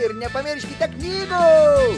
ir nepamirškite knygų